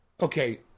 Okay